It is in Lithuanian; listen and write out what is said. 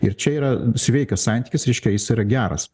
ir čia yra sveikas santykis reiškia jis yra geras